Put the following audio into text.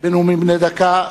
בנאומים בני דקה,